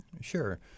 Sure